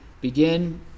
begin